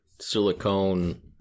silicone